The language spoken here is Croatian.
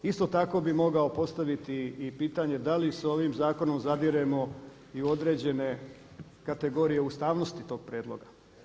Isto tako bi mogao postaviti i pitanje da li sa ovim zakonom zadiremo i u određene kategorije ustavnosti tog prijedloga.